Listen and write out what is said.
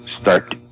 start